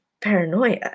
paranoia